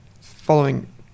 following